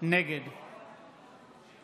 נגד